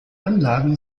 anlagen